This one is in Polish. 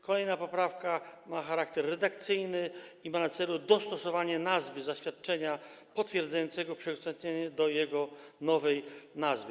Kolejna poprawka ma charakter redakcyjny i ma na celu dostosowanie nazwy zaświadczenia potwierdzającego przekształcenie do jego nowej nazwy.